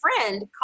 friend